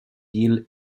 jill